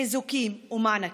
חיזוקים ומענקים.